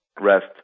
Rest